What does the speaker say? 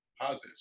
positives